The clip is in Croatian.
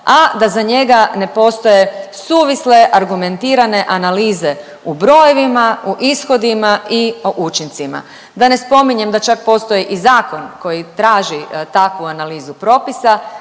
a da za njega ne postoje suvisle, argumentirane analize u brojevima, u ishodima i o učincima. Da ne spominjem da čak postoji i zakon koji traži takvu analizu propisa,